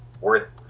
worth